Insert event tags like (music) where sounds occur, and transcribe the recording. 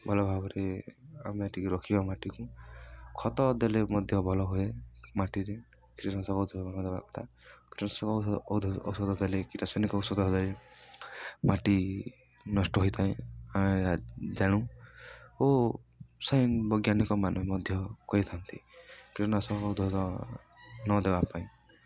ଭଲ ଭାବରେ ଆମେ ଠିକ୍ ରଖିବା ମାଟିକୁ ଖତ ଦେଲେ ମଧ୍ୟ ଭଲ ହୁଏ ମାଟିରେ କୀଟନାଶକ ଔଷଧ ନଦବା କଥା କୀଟନାଶକ ଔଷଧ ଔଷଧ ଦେଲେ (unintelligible) ଔଷଧ ଦେଲେ ମାଟି ନଷ୍ଟ ହୋଇଥାଏ ଆମେ ଜାଣୁ ଓ ସାଇ ବୈଜ୍ଞାନିକ ମାନେ ମଧ୍ୟ କହିଥାନ୍ତି କୀଟନାଶକ ଔଷଧ ନ ଦେବା ପାଇଁ